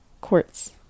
Quartz